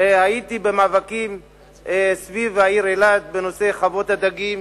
הייתי במאבקים סביב העיר אילת בנושא חוות הדגים,